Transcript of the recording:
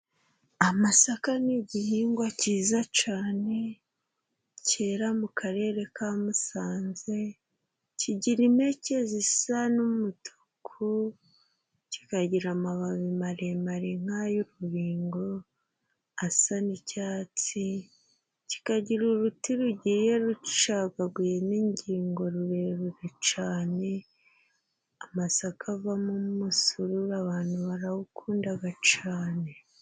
Amasaka ni igihingwa cyiza cyane cyera mu karere ka Musanze. Kigira impeke zisa n'umutuku, kikagira amababi maremare nk'ay'urubingo asa n'icyatsi, kikagira uruti rugiye rucagaguyemo ingingo ndende cyane. Amasaka avamo umusururu, abantu barawukunda cyane.